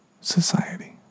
Society